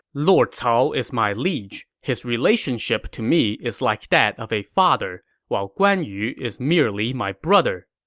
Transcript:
lord cao is my liege his relationship to me is like that of a father, while guan yu is merely my brother.